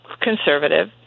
conservative